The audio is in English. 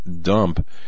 dump